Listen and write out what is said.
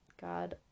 God